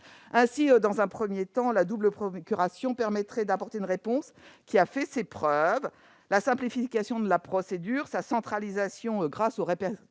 Ainsi, dans un premier temps, la double procuration permettrait d'apporter une réponse qui a fait ses preuves. La simplification de la procédure, sa centralisation grâce au répertoire